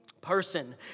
person